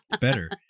better